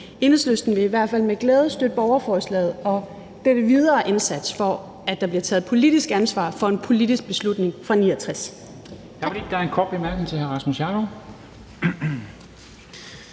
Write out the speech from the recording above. Enhedslisten vil i hvert fald med glæde støtte borgerforslaget og den videre indsats for, at der bliver taget politisk ansvar for en politisk beslutning fra 1969.